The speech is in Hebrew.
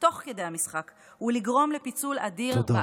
תוך כדי המשחק ולגרום לפיצול אדיר בעם.